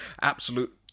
absolute